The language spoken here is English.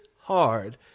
hard